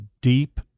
deep